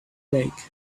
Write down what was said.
lake